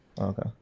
okay